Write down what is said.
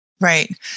Right